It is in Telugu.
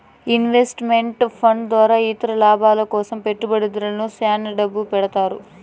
ఇన్వెస్ట్ మెంట్ ఫండ్ ద్వారా ఇతర లాభాల కోసం పెట్టుబడిదారులు శ్యాన డబ్బు పెడతారు